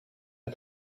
mir